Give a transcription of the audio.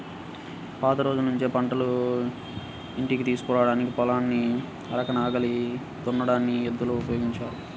పాత రోజుల్నుంచే పంటను ఇంటికి తీసుకురాడానికి, పొలాన్ని అరకతో నాగలి దున్నడానికి ఎద్దులను ఉపయోగిత్తన్నారు